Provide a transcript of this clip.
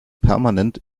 permanent